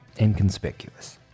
inconspicuous